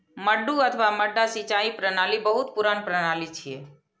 मड्डू अथवा मड्डा सिंचाइ प्रणाली बहुत पुरान प्रणाली छियै